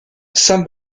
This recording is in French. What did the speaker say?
saint